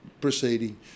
proceeding